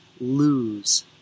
lose